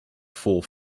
fourth